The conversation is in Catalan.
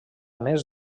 més